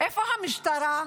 איפה המשטרה?